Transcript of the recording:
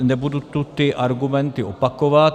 Nebudu tu ty argumenty opakovat.